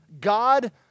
God